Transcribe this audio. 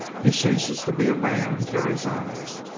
he ceases to be a man in terry's eyes.